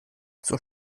zur